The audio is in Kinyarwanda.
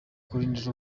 kurindira